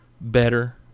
better